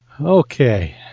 Okay